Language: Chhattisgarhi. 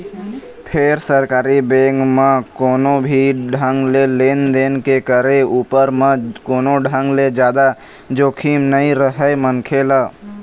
फेर सरकारी बेंक म कोनो भी ढंग ले लेन देन के करे उपर म कोनो ढंग ले जादा जोखिम नइ रहय मनखे ल